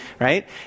right